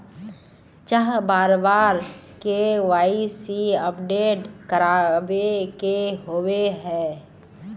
चाँह बार बार के.वाई.सी अपडेट करावे के होबे है?